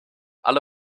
alle